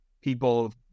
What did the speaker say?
people